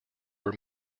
were